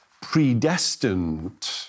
predestined